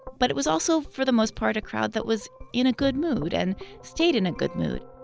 but it was also, for the most part, a crowd that was in a good mood and stayed in a good mood.